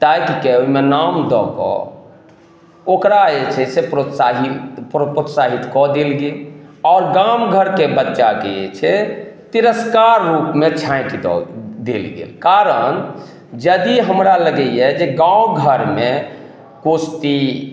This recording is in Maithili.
ताकिके ओहिमे नाम दऽ कऽ ओकरा जे छै से प्रोत्साहि प्रोत्साहित कऽ देल गेल आओर गाम घरके बच्चाके जे छै तिरस्कार रूपमे छाँटि देल गेल कारण जदि हमरा लगैया जे गाँव घरमे कुश्ती